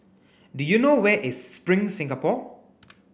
do you know where is Spring Singapore